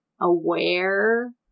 aware